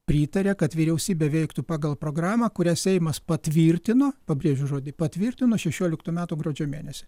pritaria kad vyriausybė veiktų pagal programą kurią seimas patvirtino pabrėžiu žodį patvirtino šešioliktų metų gruodžio mėnesį